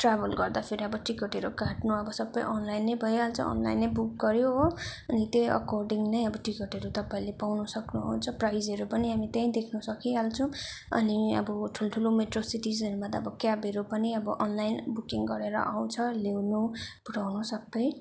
travel गर्दाखेरि अब टिकटहरू काट्नु अब सबै अनलाइन नै भइहाल्छ अनलाइन नै बुक गऱ्यो हो अनि त्यही अकोर्डिङ नै अब टिकटहरू तपाईँले पाउनु सक्नुहुन्छ प्राइजहरू पनि हामी त्यहीँ देख्न सकिहाल्छौँ अनि अब ठुल्ठुलो मेट्रोसिटिजहरूमा त अब क्याबहरू पनि अब अनलाइन बुकिङ गरेर आउँछ ल्याउनु पुऱ्याउनु सबै